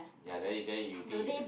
ya then you then you think you